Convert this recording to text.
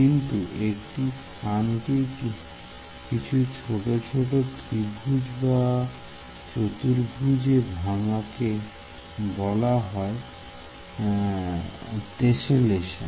কিন্তু একটি স্থান কে কিছু ছোট ছোট ত্রিভুজ বা চতুর্ভুজ এ ভাঙ্গা কে বলা হয় তেসেলেশন